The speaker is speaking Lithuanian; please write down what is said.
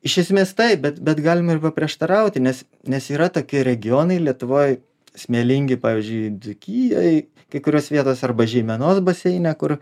iš esmės taip bet bet galima ir paprieštarauti nes nes yra tokie regionai lietuvoj smėlingi pavyzdžiui dzūkijoj kai kurios vietos arba žeimenos baseine kur